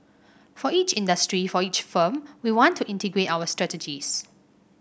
for each industry for each firm we want to integrate our strategies